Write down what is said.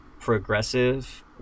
progressive